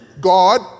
God